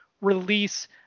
release